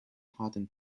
hardened